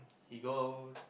he goes